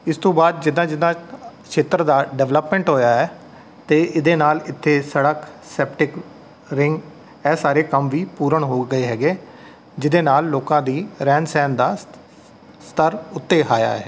ਇਸ ਤੋਂ ਬਾਅਦ ਜਿੱਦਾਂ ਜਿੱਦਾਂ ਖੇਤਰ ਦਾ ਡਿਵਲੈਪਮੈਂਟ ਹੋਇਆ ਹੈ ਅਤੇ ਇਹਦੇ ਨਾਲ ਇੱਥੇ ਸੜਕ ਸੈਪਟਿਕ ਰਿੰਗ ਇਹ ਸਾਰੇ ਕੰਮ ਵੀ ਪੂਰਨ ਹੋ ਗਏ ਹੈਗੇ ਹੈ ਜਿਹਦੇ ਨਾਲ ਲੋਕਾਂ ਦੀ ਰਹਿਣ ਸਹਿਣ ਦਾ ਸਤਰ ਉੱਤੇ ਆਇਆ ਹੈ